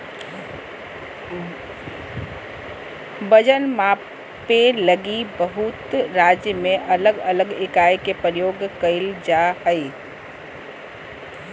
वजन मापे लगी बहुत राज्य में अलग अलग इकाई के प्रयोग कइल जा हइ